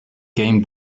game